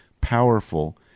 powerful